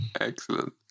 Excellent